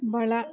ಬಲ